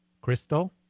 Crystal